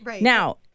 Now